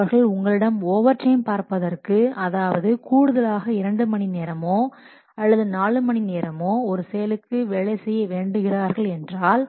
அவர்கள் உங்களிடம் ஓவர்டைம் பார்ப்பதற்கு அதாவது கூடுதலாக இரண்டு மணி நேரமோ அல்லது நாலு மணி நேரமோ ஒரு செயலுக்கு வேலை செய்ய வேண்டுகிறார்கள் என்றால்